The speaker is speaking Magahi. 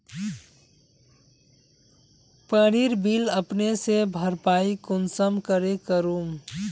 पानीर बिल अपने से भरपाई कुंसम करे करूम?